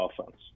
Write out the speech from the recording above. offense